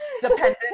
dependent